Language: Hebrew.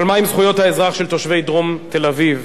אבל מה עם זכויות האזרח של תושבי דרום תל-אביב,